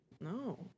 No